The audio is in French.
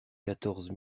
quatorze